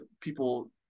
people